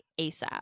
ASAP